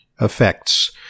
effects